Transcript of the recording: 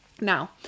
Now